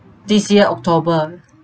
this year october